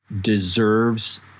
deserves